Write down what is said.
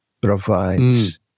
provides